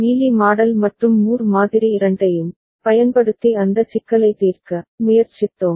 Mealy model மற்றும் Moore மாதிரி இரண்டையும் பயன்படுத்தி அந்த சிக்கலை தீர்க்க முயற்சித்தோம்